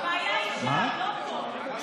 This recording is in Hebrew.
הבעיה היא שם, לא פה.